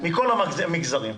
מכל המגזרים.